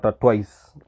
twice